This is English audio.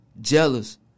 jealous